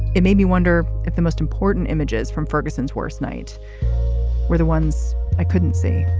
it made me wonder if the most important images from ferguson's worst night were the ones i couldn't see